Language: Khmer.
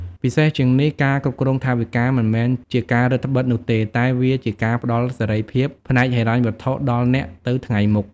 ពិសេសជាងនេះការគ្រប់គ្រងថវិកាមិនមែនជាការរឹតត្បិតនោះទេ តែវាជាការផ្តល់សេរីភាពផ្នែកហិរញ្ញវត្ថុដល់អ្នកទៅថ្ងៃមុខ។